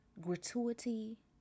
gratuity